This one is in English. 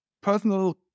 personal